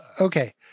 Okay